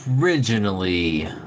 originally